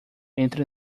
entre